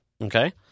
Okay